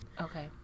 Okay